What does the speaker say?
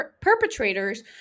perpetrators